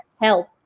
help